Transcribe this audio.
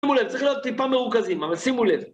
שימו לב, צריך להיות טיפה מרוכזים, אבל שימו לב.